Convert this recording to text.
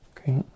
Okay